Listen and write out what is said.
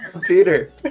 Peter